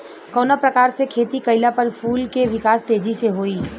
कवना प्रकार से खेती कइला पर फूल के विकास तेजी से होयी?